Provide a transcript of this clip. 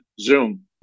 Zoom